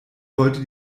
wollte